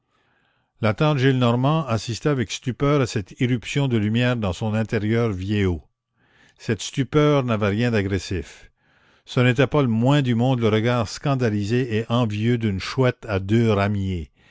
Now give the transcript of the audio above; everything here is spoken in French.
la tante gillenormand assistait avec stupeur à cette irruption de lumière dans son intérieur vieillot cette stupeur n'avait rien d'agressif ce n'était pas le moins du monde le regard scandalisé et envieux d'une chouette à deux ramiers